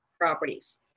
properties